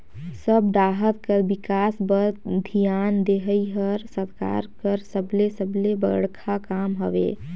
सब डाहर कर बिकास बर धियान देहई हर सरकार कर सबले सबले बड़खा काम हवे